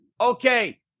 Okay